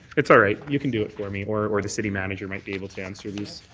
it's all right. you can do it for me or or the city manager might be able to answer these.